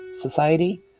society